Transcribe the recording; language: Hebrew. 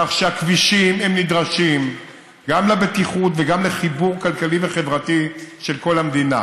כך שהכבישים נדרשים גם לבטיחות וגם לחיבור כלכלי וחברתי של כל המדינה,